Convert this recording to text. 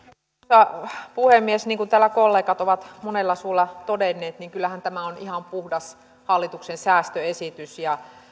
arvoisa puhemies niin kuin täällä kollegat ovat monella suulla todenneet kyllähän tämä on ihan puhdas hallituksen säästöesitys